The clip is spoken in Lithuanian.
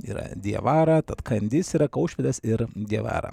yra diavara tad kandis yra kaušpėdas ir diavara